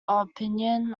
opinion